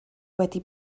wedi